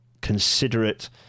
considerate